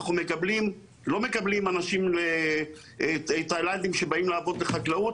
אנחנו לא מקבלים אנשים תאילנדים שבאים לעבוד בחקלאות,